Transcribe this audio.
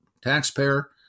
taxpayer